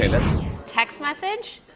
that's text message?